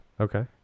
Okay